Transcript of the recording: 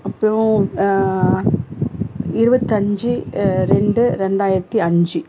அப்பறம் இருபத்தஞ்சி ரெண்டு ரெண்டாயிரத்தி அஞ்சு